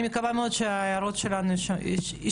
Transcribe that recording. אני מקווה מאוד שההערות שלנו יישמעו.